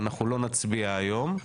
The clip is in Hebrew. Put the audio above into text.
אנחנו לא נצביע היום,